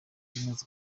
yemeza